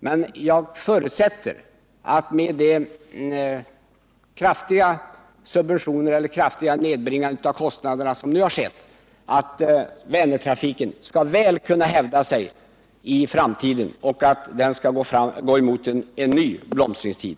Med det kraftiga nedbringande av kostnaderna som nu skett förutsätter jag emellertid att Vänertrafiken skall kunna hävda sig väl i framtiden och att den skall gå mot en ny blomstringstid.